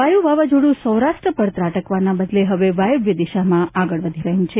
વાવાઝોડ્ વાયુ સૌરાષ્ટ્ર ઉપર ત્રાટકવાના બદલે હવે વાયવ્ય દિશામાં આગળ વધી રહ્યું છે